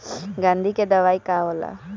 गंधी के दवाई का होला?